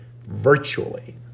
virtually